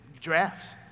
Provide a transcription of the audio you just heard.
drafts